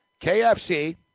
KFC